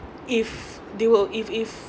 if they will if if